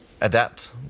adapt